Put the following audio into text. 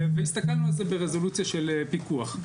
הסתכלנו על זה ברזולוציה של פיקוח.